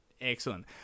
Excellent